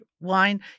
wine